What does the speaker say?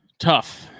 tough